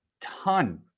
ton